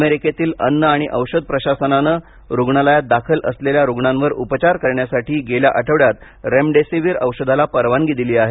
अमेरिकेतील अन्न आणि औषध प्रशासनाने रूग्णालयात दाखल असलेल्या रूग्णांवर उपचार करण्यासाठी गेल्या आठवड्यात रेमडिसेविर औषधाला परवानगी दिली आहे